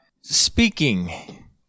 speaking